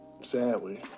sadly